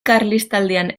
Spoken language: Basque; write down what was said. karlistaldian